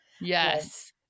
Yes